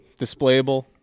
displayable